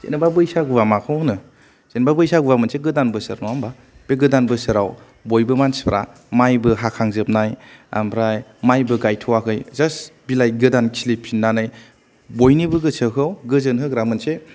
जेनबा बैसागुया माखौ होनो जेनबा बैसागुया मोनसे गोदान बोसोर नङा होनबा बे गोदान बोसोराव बयबो मानसिफोरा माइबो हाखांजोबनाय आमफ्राय मायबो गायथयाखै जास्थ बिलाय गोदान खिलिफिनायनै बयनिबो गोसोखौ गोजोन होग्रा मोनसे